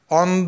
on